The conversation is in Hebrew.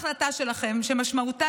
לכם עכשיו הזדמנות לתקן,